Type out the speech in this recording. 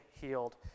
healed